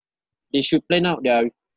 they should plan out their